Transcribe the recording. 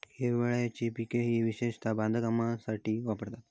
हिरवळीची पिका ही विशेषता बांधकामासाठी वापरतत